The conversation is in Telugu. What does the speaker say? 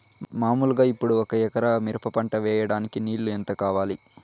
మామూలుగా ఇప్పుడు ఒక ఎకరా మిరప పంట వేయడానికి నీళ్లు ఎంత కావాలి?